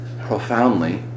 profoundly